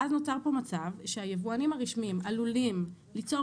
ואז נוצר פה מצב שהיבואנים הרשמיים עלולים ליצור